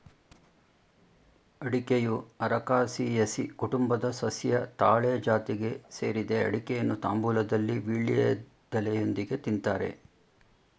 ಅಡಿಕೆಯು ಅರಕಾಸಿಯೆಸಿ ಕುಟುಂಬದ ಸಸ್ಯ ತಾಳೆ ಜಾತಿಗೆ ಸೇರಿದೆ ಅಡಿಕೆಯನ್ನು ತಾಂಬೂಲದಲ್ಲಿ ವೀಳ್ಯದೆಲೆಯೊಂದಿಗೆ ತಿನ್ತಾರೆ